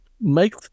make